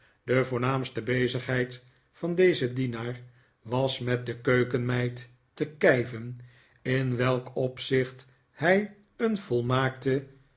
de voornaamste bezigheid van dezen dienaar was met de keukenmeid te kijven in welk opzicht hij een volmaakte